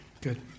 Good